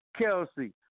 Kelsey